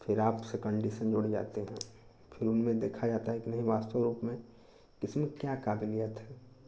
फिर आपसे कन्डीशन माँगे जाते हैं फिर उनमें देखा जाता है कि नहीं वास्तविक रूप में किसमें क्या काबिलियत है